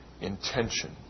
intention